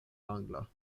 angla